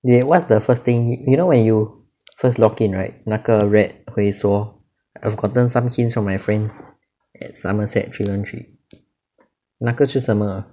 wait what's the first thing you know when you first log in right 那个 rat 会说 I've gotten some hints from my friends at somerset three one three 那个是什么